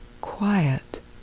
quiet